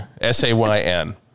S-A-Y-N